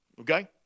Okay